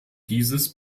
dieses